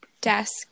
desk